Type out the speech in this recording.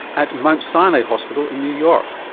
at mount sinai hospital in new york.